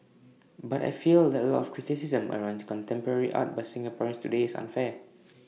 but I feel that A lot of the criticism around contemporary art by Singaporeans today is unfair